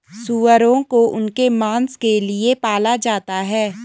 सूअरों को उनके मांस के लिए पाला जाता है